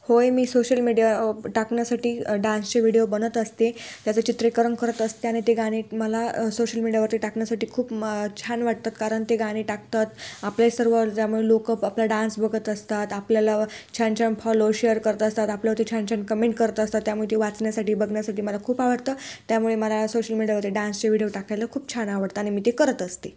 होय मी social media टाकण्यासाठी डान्सचे व्हिडिओ बनत असते त्याचं चित्रिकरण करत असते आणि ते गाणे मला सोशल मीडियावरती टाकण्यासाठी खूप म छान वाटतात कारण ते गाणे टाकतात आपले सर्व ज्यामुळे लोकं आपला डान्स बघत असतात आपल्याला छान छान फॉलो शेअर करत असतात आपल्यावरती छान छान कमेंट करत असतात त्यामुळे ते वाचण्यासाठी बघण्यासाठी मला खूप आवडतं त्यामुळे मला सोशल मीडियावरती डान्सचे व्हिडिओ टाकायला खूप छान आवडतं आणि मी ते करत असते